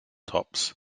tops